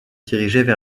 dirigeaient